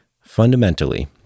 Fundamentally